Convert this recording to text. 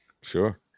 Sure